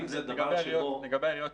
לגבי העיריות,